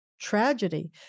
tragedy